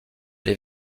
les